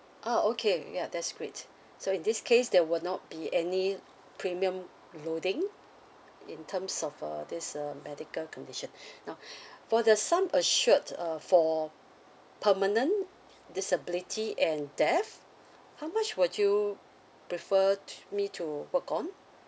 ah okay ya that's great so in this case there will not be any premium loading in terms of uh this uh medical condition now for the sum assured uh for permanent disability and death how much would you prefer t~ me to work on